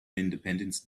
independence